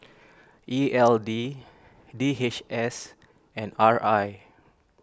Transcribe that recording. E L D D H S and R I